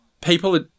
people